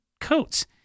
coats